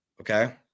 Okay